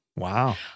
Wow